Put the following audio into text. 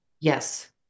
Yes